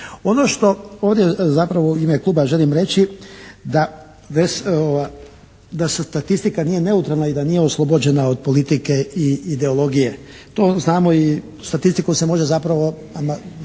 Ono što ovdje zapravo u ime kluba želim reći da statistika nije neutralna i da nije oslobođena od politike i ideologije. To znamo i statistikom se može zapravo